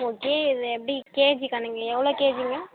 okay இது எப்படி KG கணக்கில் எவ்வளோ கேஜிங்க